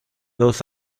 dos